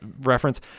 reference